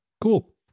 cool